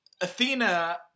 Athena